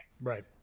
Right